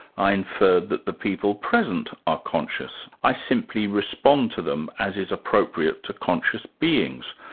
i inferred that the people present are conscious i simply respond to them as is appropriate to conscious beings.